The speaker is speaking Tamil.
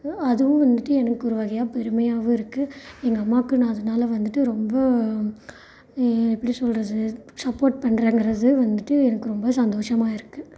அதுவும் வந்துட்டு எனக்கு ஒரு வகையாக பெருமையாவும் இருக்குது எங்கள் அம்மாவுக்கு நான் அதனால வந்துட்டு ரொம்ப எப்படி சொல்வது சப்போட் பண்ணுறேங்கிறது வந்துட்டு எனக்கு ரொம்ப சந்தோஷமாக இருக்குது